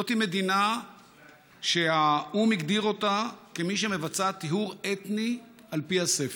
זאת מדינה שהאו"ם הגדיר אותה כמי שמבצעת טיהור אתני על פי הספר,